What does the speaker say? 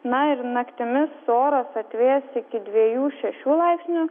na ir naktimis oras atvės iki dviejų šešių laipsnių